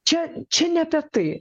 čia čia ne apie tai